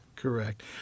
Correct